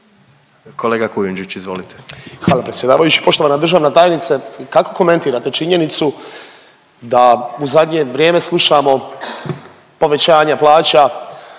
**Kujundžić, Ante (MOST)** Hvala predsjedavajući. Poštovana državna tajnice kako komentirate činjenicu da u zadnje vrijeme slušamo povećanje plaća.